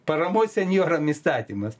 paramos senjoram įstatymas